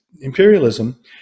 Imperialism